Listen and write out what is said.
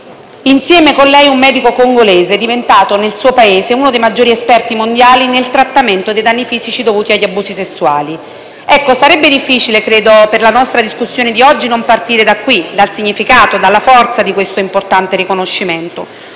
e, con lei, un medico congolese diventato nel suo Paese uno dei maggiori esperti mondiali nel trattamento dei danni fisici dovuti agli abusi sessuali. Sarebbe difficile per la nostra discussione oggi non partire da qui, dal significato e dalla forza di questo importante riconoscimento.